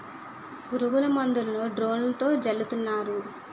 పురుగుల మందులను డ్రోన్లతో జల్లుతున్నారు